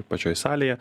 pačioj salėje